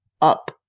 up